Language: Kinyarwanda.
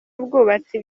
ubwubatsi